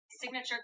signature